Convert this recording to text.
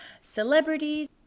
celebrities